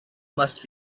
must